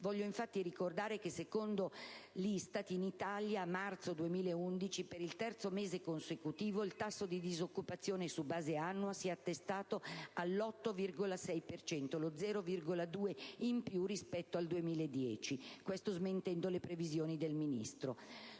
Voglio, infatti, ricordare che secondo l'ISTAT, in Italia, a marzo 2011, per il terzo mese consecutivo, il tasso di disoccupazione su base annua si è attestato all'8,6 per cento, lo 0,2 in più rispetto al 2010, questo smentendo le previsioni del Ministro.